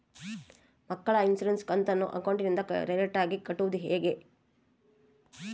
ಮಕ್ಕಳ ಇನ್ಸುರೆನ್ಸ್ ಕಂತನ್ನ ಅಕೌಂಟಿಂದ ಡೈರೆಕ್ಟಾಗಿ ಕಟ್ಟೋದು ಹೆಂಗ?